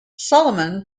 solomon